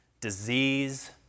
disease